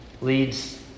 leads